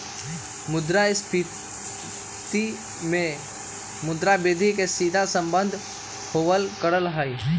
मुद्रास्फीती से मुद्रा वृद्धि के सीधा सम्बन्ध होबल करा हई